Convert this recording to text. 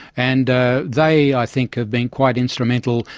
and they i think have been quite instrumental,